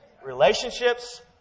Relationships